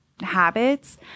habits